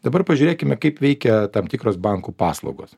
dabar pažiūrėkime kaip veikia tam tikros bankų paslaugos